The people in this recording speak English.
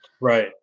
right